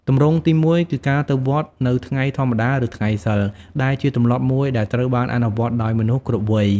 ទម្រង់ទីមួយគឺការទៅវត្តនៅថ្ងៃធម្មតាឬថ្ងៃសីល ដែលជាទម្លាប់មួយដែលត្រូវបានអនុវត្តដោយមនុស្សគ្រប់វ័យ។